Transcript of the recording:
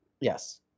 Yes